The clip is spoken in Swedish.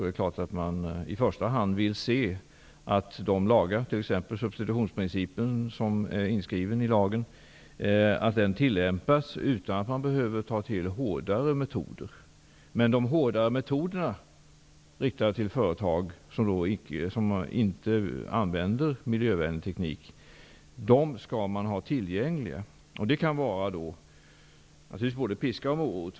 Det är klart att man i första hand vill se att lagarna -- t.ex. substitutionsprincipen, som är inskriven i lagen -- tillämpas utan att man behöver ta till hårdare metoder. Men man skall ha de hårdare metoderna tillgängliga, för att kunna rikta dem mot företag som inte använder miljövänlig teknik. Det kan då naturligtvis vara både piska och morot.